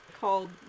called